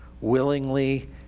willingly